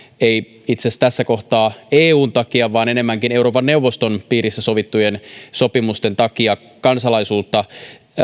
itse asiassa tässä kohtaa ei eun takia vaan enemmänkin euroopan neuvoston piirissä sovittujen sopimusten takia kansalaisuutta